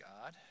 God